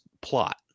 plot